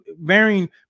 varying